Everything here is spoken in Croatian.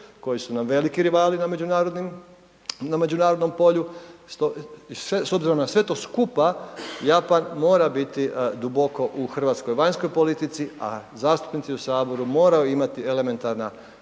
koji su nam veliki rivali na međunarodnom polju. I s obzirom na sve to skupa Japan mora biti duboko u hrvatskoj vanjskoj politici a zastupnici u Saboru moraju imati elementarna